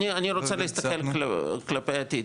אני רוצה להסתכל כלפי העתיד,